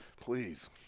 Please